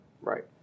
Right